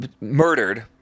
murdered